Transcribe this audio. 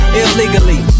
illegally